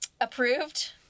approved